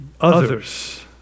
others